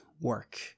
work